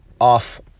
off